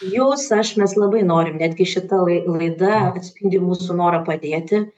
jūs aš mes labai norim netgi šita lai laida atspindi mūsų norą padėti